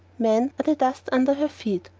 men are the dust under her feet,